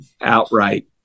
outright